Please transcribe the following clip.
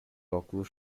óculos